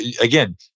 Again